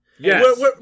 Yes